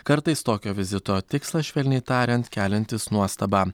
kartais tokio vizito tikslas švelniai tariant keliantis nuostabą